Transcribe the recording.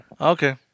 Okay